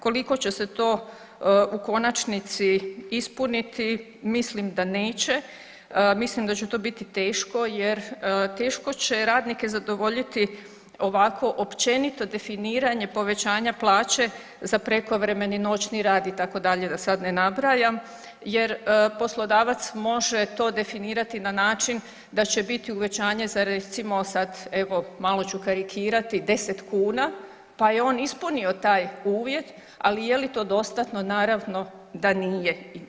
Koliko će se to u konačnici ispuniti mislim da neće, mislim da će to biti teško jer teško će radnike zadovoljiti ovako općenito definiranje povećanja plaće za prekovremeni, noćni rad itd. da sad ne nabrajam jer poslodavac može to definirati na način da će biti uvećanje za recimo sad evo malo ću karikirati 10 kuna pa je on ispunio taj uvjet, ali je li to dostatno, naravno da nije.